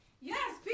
Yes